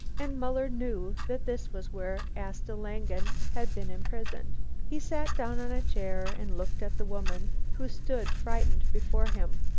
and muller knew that this was where asta langen had been imprisoned. he sat down on a chair and looked at the woman, who stood frightened before him.